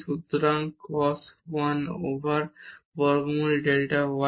সুতরাং cos 1 over বর্গমূল delta y হবে